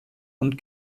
und